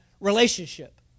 relationship